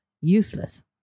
useless